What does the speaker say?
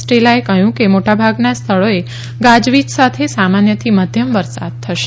સ્ટેલાએ જણાવ્યું કે મોટાભાગના સ્થળોએ ગાજવીજ સાથે સામાન્યથી મધ્યમ વરસાદ થશે